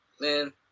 man